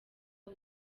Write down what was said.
aho